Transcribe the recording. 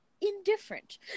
indifferent